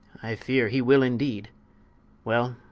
i feare he will indeede well,